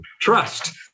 trust